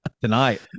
tonight